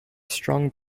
strong